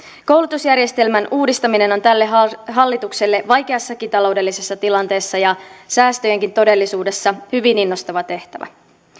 koulutusjärjestelmän uudistaminen on tälle hallitukselle vaikeassakin taloudellisessa tilanteessa ja säästöjenkin todellisuudessa hyvin innostava tehtävä